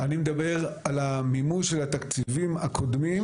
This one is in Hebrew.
אני מדבר על המימוש של התקציבים הקודמים.